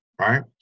right